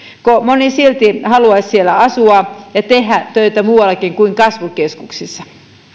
kun moni silti haluaisi siellä asua ja tehdä töitä muuallakin kuin kasvukeskuksissa